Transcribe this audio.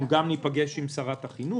אנחנו ניפגש גם עם שרת החינוך.